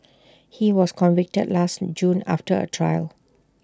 he was convicted last June after A trial